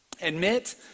Admit